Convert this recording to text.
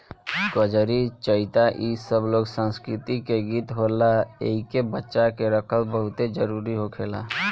कजरी, चइता इ सब लोक संस्कृति के गीत होला एइके बचा के रखल बहुते जरुरी होखेला